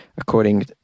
According